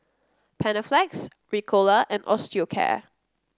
Panaflex Ricola and Osteocare